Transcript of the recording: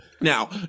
now